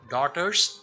Daughter's